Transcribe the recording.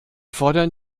fordern